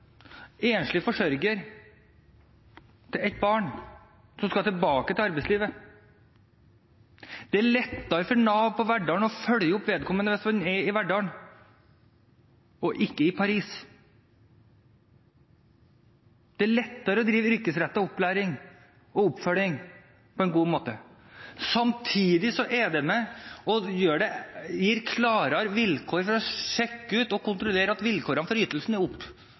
enslig forsørger til ett barn, og som skal tilbake til arbeidslivet. Det er lettere for Nav i Verdal å følge opp vedkommende hvis vedkommende er i Verdal og ikke i Paris. Da er det lettere å drive yrkesrettet opplæring og oppfølging på en god måte. Samtidig gir det klarere vilkår for å sjekke og kontrollere at vilkårene for ytelsen er